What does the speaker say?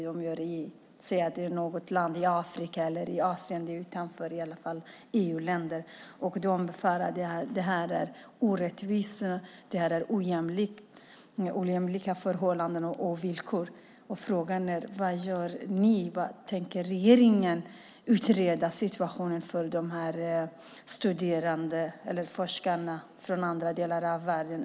Det kan vara något land i Afrika eller Asien, utanför EU i alla fall. Det är orättvisa och ojämlika förhållanden och villkor. Frågan är vad ni gör. Tänker regeringen utreda situationen för forskare från andra delar av världen?